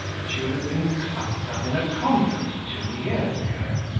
she would have been clapped up in a convent two years ago.